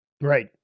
right